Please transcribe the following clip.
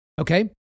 Okay